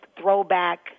throwback